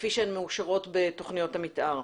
כפי שהן מאושרות בתכניות המתאר.